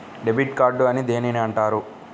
Debit card అని దేనిని అంటారు?